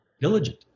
diligent